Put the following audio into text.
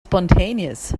spontaneous